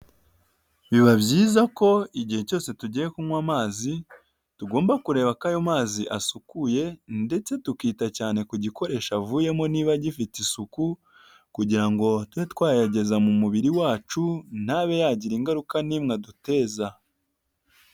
Biba byiza ko igihe cyose tugiye kunywa amazi, tugomba kureba ko ayo mazi asukuye ndetse tukita cyane ku gikoresho avuyemo niba a gifite isuku, kugira ngo tube twayageza mu mubiri wacu ntabe yagira ingaruka n'imwe aduteza.